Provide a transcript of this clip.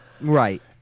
right